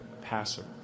passer